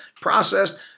processed